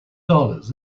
dollars